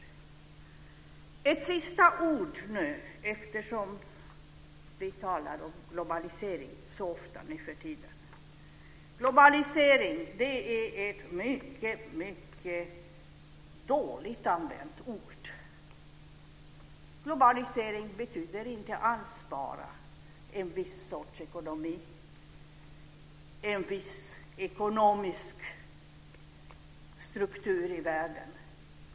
Jag vill säga ett sista ord, eftersom vi talar om globalisering så ofta nu för tiden. Globalisering är ett mycket dåligt använt ord. Globalisering betyder inte alls bara en viss sorts ekonomi, en viss ekonomisk struktur i världen.